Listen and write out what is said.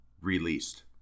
released